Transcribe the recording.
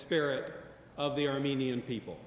spirit of the armenian people